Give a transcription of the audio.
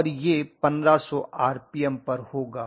और यह 1500 आरपीएम पर होगा